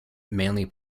mainly